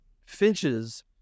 finches